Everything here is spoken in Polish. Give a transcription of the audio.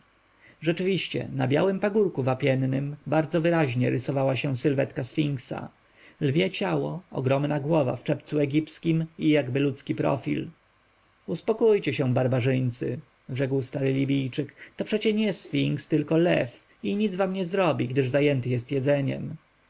rzeczywiście na białym pagórku wapiennym bardzo wyraźnie rysowała się sylwetka sfinksa lwie ciało ogromna głowa w czepcu egipskim i jakby ludzki profil uspokójcie się barbarzyńcy rzekł stary libijczyk to przecie nie sfinks tylko lew i nic wam nie zrobi gdyż zajęty jest jedzeniem